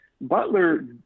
Butler